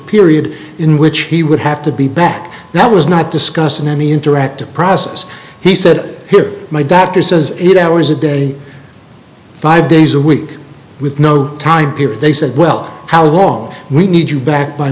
period in which he would have to be back that was not discussed in any interactive process he said here my doctor says it hours a day five days a week with no time period they said well how long we need you back by